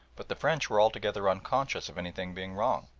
but the french were altogether unconscious of anything being wrong.